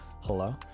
hello